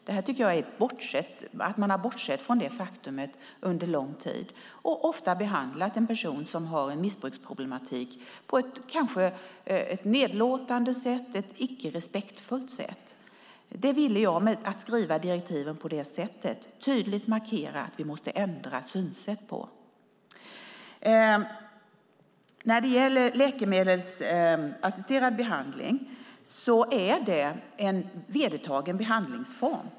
Jag tycker att man har bortsett från det faktumet under lång tid och ofta behandlat en person med en missbruksproblematik kanske på ett nedlåtande sätt och ett icke respektfullt sätt. Genom att skriva direktiven på det sättet ville jag tydligt markera att vi måste ändra synsätt. Läkemedelsassisterad behandling är en vedertagen behandlingsform.